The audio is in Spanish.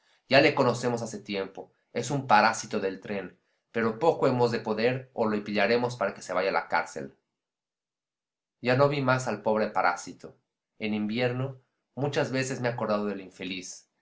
ya le conocemos hace tiempo es un parásito del tren pero poco hemos de poder o le pillaremos para que vaya a la cárcel ya no vi más al pobre parásito en invierno muchas veces me he acordado del infeliz